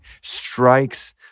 strikes